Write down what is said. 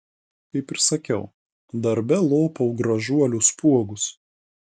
kaip ir sakiau darbe lopau gražuolių spuogus